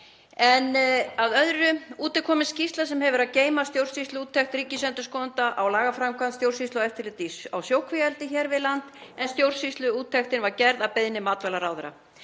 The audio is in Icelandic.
En að öðru. Út er komin skýrsla sem hefur að geyma stjórnsýsluúttekt ríkisendurskoðanda á lagaframkvæmd stjórnsýslu og eftirlits á sjókvíaeldi hér við land en stjórnsýsluúttektin var gerð að beiðni matvælaráðherra.